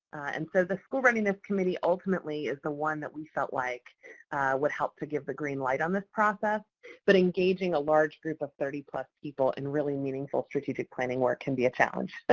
and so, the school readiness committee ultimately is the one that we felt like would help to give the green light on this process but engaging a large group of thirty plus people in really meaningful strategic planning work can be a challenge. but